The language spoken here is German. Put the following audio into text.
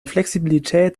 flexibilität